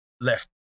left